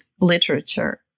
literature